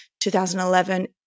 2011